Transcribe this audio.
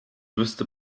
wüsste